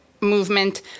movement